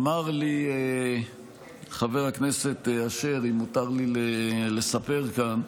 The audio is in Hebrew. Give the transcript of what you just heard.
אמר לי חבר הכנסת אשר, אם מותר לי לספר כאן,